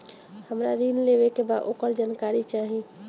हमरा ऋण लेवे के बा वोकर जानकारी चाही